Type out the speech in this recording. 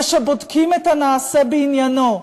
ושבודקים את הנעשה בעניינו,